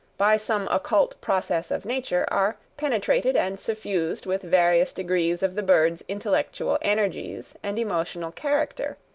by some occult process of nature, are penetrated and suffused with various degrees of the bird's intellectual energies and emotional character,